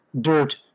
dirt